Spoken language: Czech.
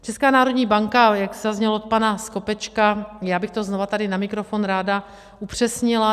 Česká národní banka, jak zaznělo od pana Skopečka, já bych to znovu na mikrofon ráda upřesnila.